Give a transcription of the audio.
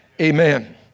Amen